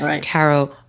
tarot